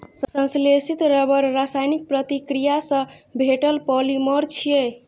संश्लेषित रबड़ रासायनिक प्रतिक्रिया सं भेटल पॉलिमर छियै